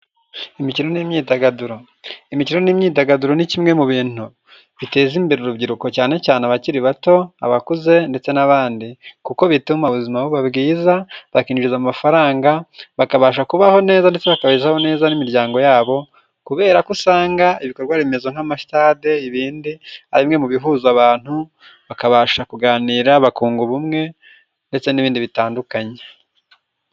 Imikino n'imyidagaduro. Imikino n'imyidagaduro ni kimwe mu bintu biteza imbere urubyiruko cyane cyane abakiri bato, abakuze ndetse n'abandi. Kuko bituma ubuzima buba bwiza, bakinjiza amafaranga, bakabasha kubaho neza ndetse bakabeshaho neza n'imiryango yabo, kubera ko usanga ibikorwaremezo nk'amasitade ibindi, ari bimwe mu bihuza abantu bakabasha kuganira bakunga ubumwe ndetse n'ibindi bitandukanye.